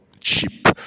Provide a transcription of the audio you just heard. cheap